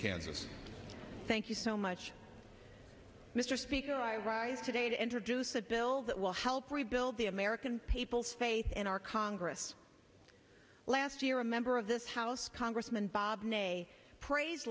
kansas thank you so much mr speaker i rise today to introduce a bill that will help rebuild the american people's faith in our congress last year a member of this house congressman bob ney praise